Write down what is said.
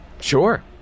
Sure